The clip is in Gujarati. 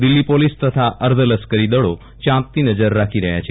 દિલ્હી પોલીસ તથા અર્ધ લશ્કરી દળો ચાંપતી નજર રાખી રહયા છે